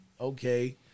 Okay